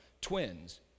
twins